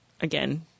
again